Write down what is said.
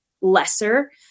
lesser